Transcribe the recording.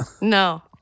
No